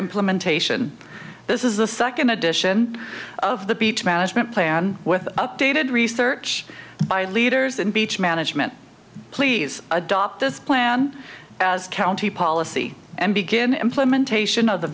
implementation this is the second edition of the beach management plan with updated research by leaders and beach management please adopt this plan as county policy and begin implementation of the